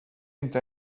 inte